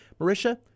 Marisha